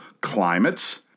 climates